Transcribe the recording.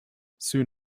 soon